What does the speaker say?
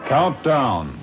Countdown